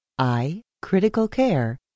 iCriticalcare